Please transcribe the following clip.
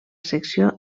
secció